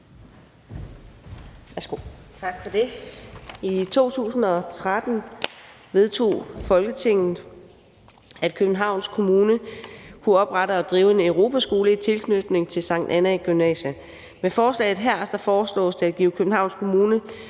I 2013 vedtog Folketinget, at Københavns Kommune kunne oprette og drive en Europaskole i tilknytning til Sankt Annæ Gymnasium. Med forslaget her foreslås det at give Københavns Kommune